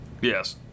Yes